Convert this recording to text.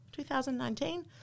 2019